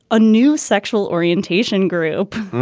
a new sexual orientation group